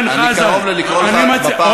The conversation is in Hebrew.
אני קרוב ללקרוא אותך לסדר בפעם הראשונה.